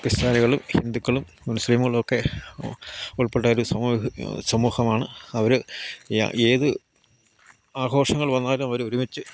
ക്രിസ്റ്റ്യാനികളും ഹിന്ദുക്കളും മുസ്ലീങ്ങളുമൊക്കെ ഉൾപ്പെട്ട ഒരു സമൂഹം സമൂഹമാണ് അവർ ഏത് ആഘോഷങ്ങൾ വന്നാലും അവരൊരുമിച്ച്